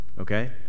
okay